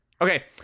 Okay